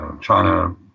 China